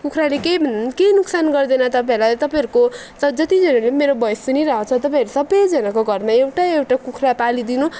कुखुराले केही केही नोक्सान गर्दैन तपाईँहरूलाई तपाईँहरूको चाहे जतिजनाले मेरो भोइस सुनिरहेको छ तपाईँहरू सबैजनाको घरमा एउटा एउटा कुखुरा पालिदिनु